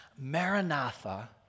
Maranatha